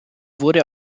wurde